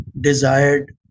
desired